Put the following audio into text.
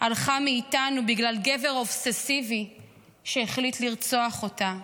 הלכה מאיתנו בגלל גבר אובססיבי שהחליט לרצוח אותה.